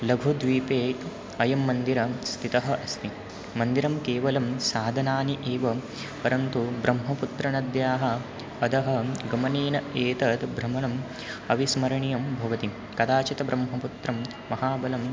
लघुद्वीपे अयं मन्दिरं स्थितः अस्ति मन्दिरं केवलं साधनानि एवं परन्तु ब्रह्मपुत्रनद्याः पदः गमनेन एतत् भ्रमणम् अविस्मरणीयं भवति कदाचित् ब्रह्मपुत्रं महाबलं